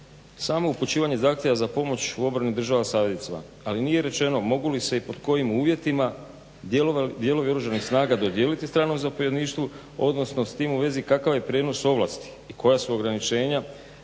samo upućivanje zahtjeva za pomoć u obrani država saveznicima, ali nije rečeno mogu li se i pod kojim uvjetima dijelovi Oružanih snaga dodijeliti stranom zapovjedništvu, odnosno s tim u vezi kakav je prijenos ovlasti i koja su ograničenja